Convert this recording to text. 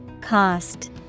Cost